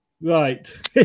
Right